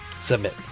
Submit